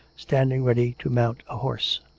standing ready to mount a horse.